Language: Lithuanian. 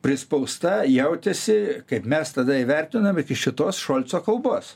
prispausta jautėsi kaip mes tada įvertinom iki šitos šolco kalbos